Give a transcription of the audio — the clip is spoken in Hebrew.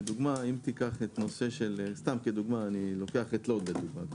לדוגמה אם תיקח את הנושא סתם לדוגמה אני לוקח את לוד לדוגמה,